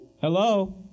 Hello